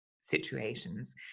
situations